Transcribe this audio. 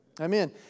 Amen